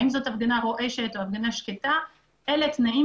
האם זאת הפגנה רועשת או הפגנה שקטה אלה תנאים